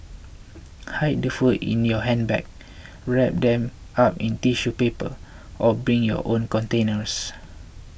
hide the food in your handbag wrap them up in tissue paper or bring your own containers